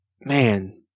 man